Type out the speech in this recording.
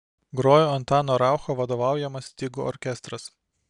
grojo antano raucho vadovaujamas stygų orkestras